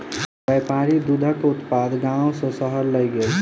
व्यापारी दूधक उत्पाद गाम सॅ शहर लय गेल